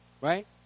right